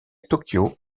tokyo